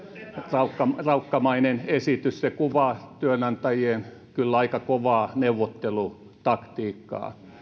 raukkamainen raukkamainen esitys se kuvaa työnantajien kyllä aika kovaa neuvottelutaktiikkaa